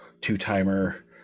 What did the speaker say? Two-Timer